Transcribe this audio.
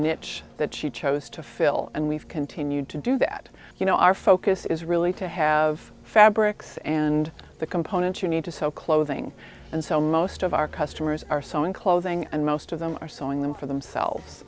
niche that she chose to fill and we've continued to do that you know our focus is really to have fabrics and the components you need to sew clothing and so most of our customers are so in closing and most of them are selling them for themselves